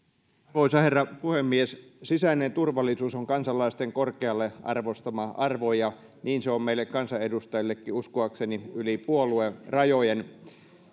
arvoisa herra puhemies sisäinen turvallisuus on kansalaisten korkealle arvostama arvo ja niin se on meille kansanedustajillekin uskoakseni yli puoluerajojen